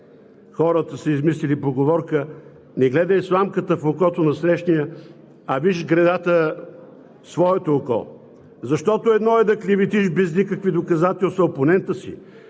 Хората са измислили поговорка: „Не гледай сламката в окото на отсрещния, а виж гредата в своето око!“ Защото едно е да клеветиш без никакви доказателства опонента си,